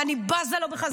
אני בז לך.